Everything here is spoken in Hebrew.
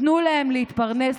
תנו להם להתפרנס.